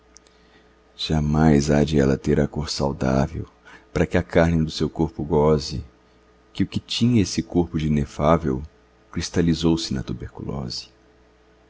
há de ela ter a cor saudável para que a carne do seu corpo goze que o que tinha esse corpo de inefável cristalizou se na tuberculose